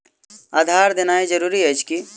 आधार देनाय जरूरी अछि की?